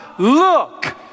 Look